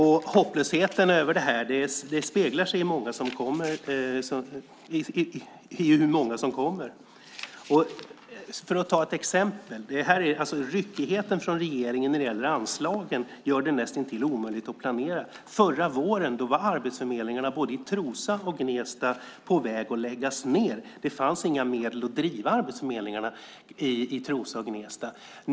Hopplösheten speglar sig i hur många som kommer. Jag ska ta ett exempel. Ryckigheten från regeringen när det gäller anslagen gör det näst intill omöjligt att planera. Förra våren var arbetsförmedlingarna i både Trosa och Gnesta på väg att läggas ned. Det fanns inga medel att driva arbetsförmedlingarna i Trosa och Gnesta.